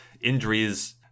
injuries